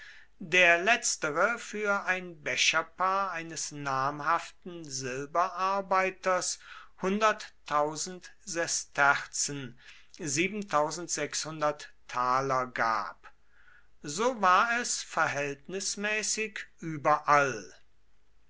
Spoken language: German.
der letztere für ein becherpaar eines namhaften silbers sesterzen gab so war es verhältnismäßig überall